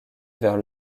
vers